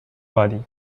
body